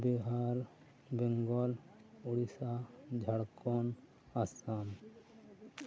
Bihar Bengal Odisha Jharkhand Assam